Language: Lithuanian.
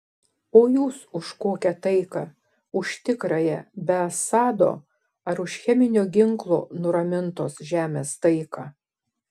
o jūs už kokią taiką už tikrąją be assado ar už cheminio ginklo nuramintos žemės taiką